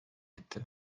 etti